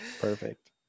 Perfect